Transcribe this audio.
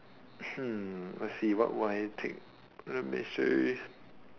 let's see what would I take let me see